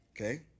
okay